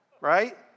right